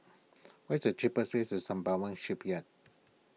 what's the cheapest ways to Sembawang Shipyard